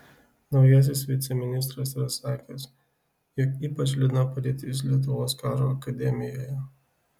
naujasis viceministras yra sakęs jog ypač liūdna padėtis lietuvos karo akademijoje